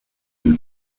del